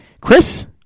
Chris